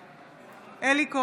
בעד אלי כהן,